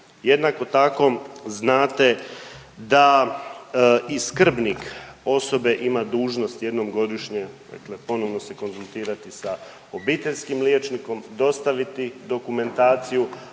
Jednako tako znate da i skrbnik osobe ima dužnost jednom godišnje, dakle ponovno se konzultirati sa obiteljskim liječnikom, dostaviti dokumentaciju,